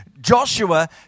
Joshua